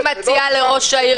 אני מציעה לראש העיר,